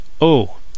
Oh